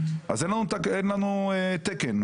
אז אין לנו תקן,